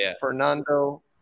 fernando